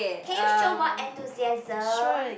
can you show more enthusiasm